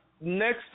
next